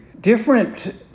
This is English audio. Different